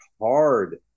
hard